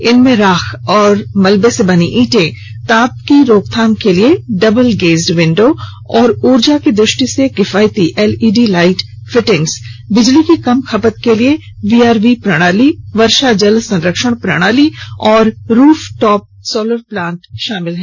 इनमें राख और मलबे से बनी इटें ताप की रोकथाम के लिए डबल गेज्ड विंडो और ऊर्जा की दृष्टि से किफायती L E D light fittings बिजली की कम खपत के लिए वी आर वी प्रणाली वर्षा जल संरक्षण प्रणाली और रूफ टॉप सोलर प्लांट शामिल हैं